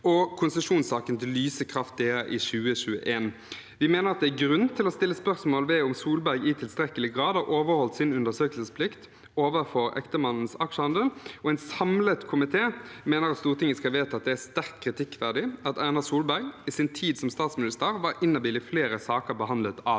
og konsesjonssaken til Lyse Kraft DA i 2021. Vi mener at det er grunn til å stille spørsmål ved om Solberg i tilstrekkelig grad har overholdt sin undersøkelsesplikt overfor ektemannens aksjehandel, og en samlet komite mener at Stortinget skal vedta at det er sterkt kritikkverdig at Erna Solberg i sin tid som statsminister var inhabil i flere saker behandlet av